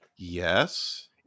yes